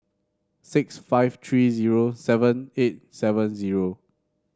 six five three zero seven eight seven zero